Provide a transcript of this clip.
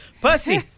Percy